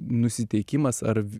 nusiteikimas ar